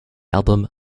album